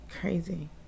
Crazy